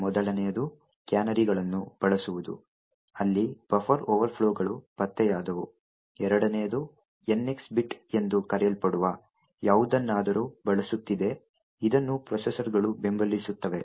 ಮೊದಲನೆಯದು ಕ್ಯಾನರಿಗಳನ್ನು ಬಳಸುವುದು ಅಲ್ಲಿ ಬಫರ್ ಓವರ್ಫ್ಲೋಗಳು ಪತ್ತೆಯಾದವು ಎರಡನೆಯದು NX ಬಿಟ್ ಎಂದು ಕರೆಯಲ್ಪಡುವ ಯಾವುದನ್ನಾದರೂ ಬಳಸುತ್ತಿದೆ ಇದನ್ನು ಪ್ರೊಸೆಸರ್ಗಳು ಬೆಂಬಲಿಸುತ್ತವೆ